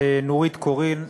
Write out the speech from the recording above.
נורית קורן,